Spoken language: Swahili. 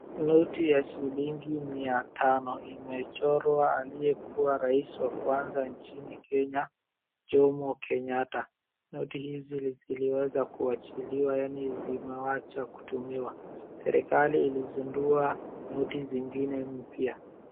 Noti ya shilingi miatano imechorwa aliyekuwa rais wa kwanza nchini Kenya Jomo Kenyatta. Noti hizi ziliweza kuachiliwa yani zimewacha kutumiwa. Serikali ilizindua noti zingine mpya.